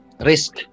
risk